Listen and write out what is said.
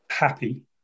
happy